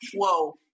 Whoa